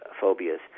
phobias